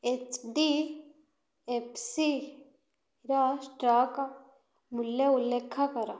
H D F C ର stock ମୂଲ୍ୟ ଉଲ୍ଲେଖ କର